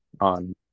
on